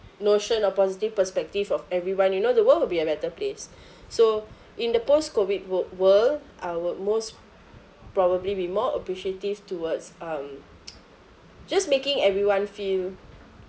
notion or positive perspective of everyone you know the world will be a better place so in the post COVID wo~ world I would most probably be more appreciative towards um just making everyone feel